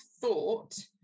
thought